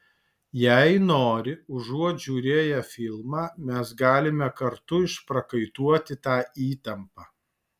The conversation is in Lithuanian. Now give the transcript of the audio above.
jei nori užuot žiūrėję filmą mes galime kartu išprakaituoti tą įtampą